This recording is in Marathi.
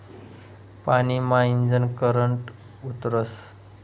पानी मा ईजनं करंट उतरस